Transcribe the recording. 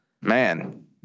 man